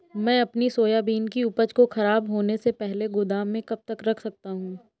मैं अपनी सोयाबीन की उपज को ख़राब होने से पहले गोदाम में कब तक रख सकता हूँ?